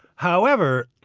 however,